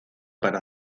para